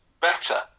better